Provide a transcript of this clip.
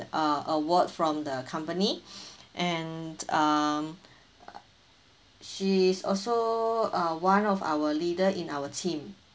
uh award from the company and um she's also uh one of our leader in our team